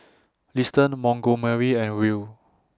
Liston Montgomery and Ruel